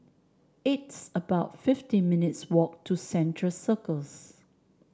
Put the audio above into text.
it's about fifty minutes' walk to Central Circus